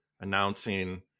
announcing